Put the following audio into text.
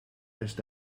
west